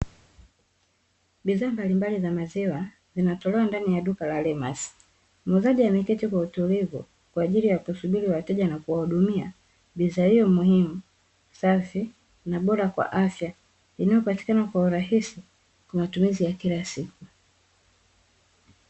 Bidhaa mbalimbali za maziwa zinatolewa ndani ya duka la "Lemas". Muuzaji ameketi kwa utulivu, kwa ajili ya kusubiri wateja na kuwahudumia bidhaa hiyo muhimu, safi, na bora kwa afya, inayopatikana kwa urahisi kwa matumizi ya kila siku.